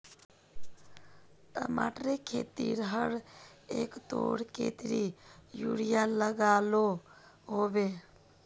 टमाटरेर खेतीत हर एकड़ोत कतेरी यूरिया लागोहो होबे?